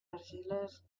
argiles